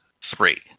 three